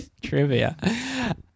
trivia